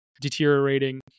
deteriorating